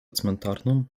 cmentarną